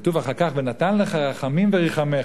כתוב אחר כך: ונתן לך רחמים וריחמך.